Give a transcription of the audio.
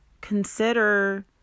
consider